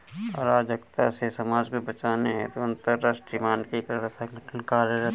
अराजकता से समाज को बचाने हेतु अंतरराष्ट्रीय मानकीकरण संगठन कार्यरत है